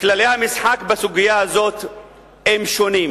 כללי המשחק בסוגיה הזאת הם שונים.